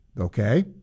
Okay